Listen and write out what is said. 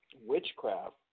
witchcraft